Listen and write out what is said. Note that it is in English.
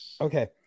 Okay